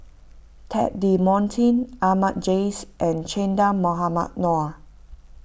Ted De Ponti Ahmad Jais and Che Dah Mohamed Noor